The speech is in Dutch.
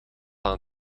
aan